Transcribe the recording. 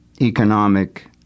economic